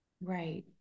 Right